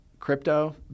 Crypto